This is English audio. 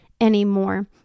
anymore